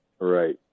right